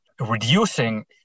reducing